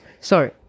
Sorry